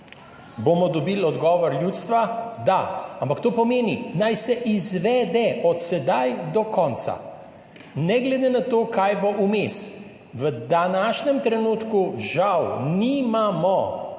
bomo dobili odgovor ljudstva, da, ampak to pomeni, naj se izvede od sedaj do konca, ne glede na to, kaj bo vmes. V današnjem trenutku žal nimamo